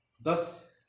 Thus